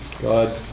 God